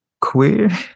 queer